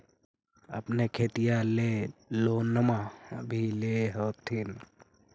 अपने खेतिया ले लोनमा भी ले होत्थिन?